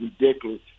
ridiculous